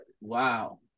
Wow